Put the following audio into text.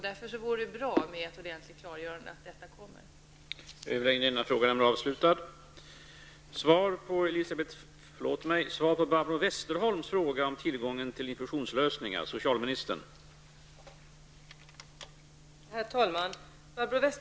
Därför vore det bra med ett ordentligt klargörande om att ett lagförslag kommer att läggas fram.